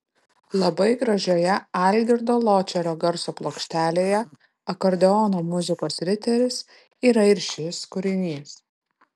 labai gražioje algirdo ločerio garso plokštelėje akordeono muzikos riteris yra ir šis kūrinys